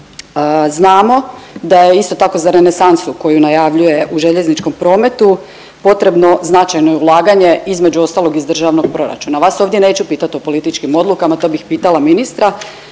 Znamo da je isto tako za renesansu koju najavljuje u željezničkom prometu potrebno značajno ulaganje između ostalog iz državnog proračuna. Vas ovdje neću pitati o političkim odlukama to bih pitala ministra,